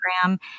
program